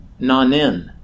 Nanin